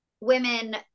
women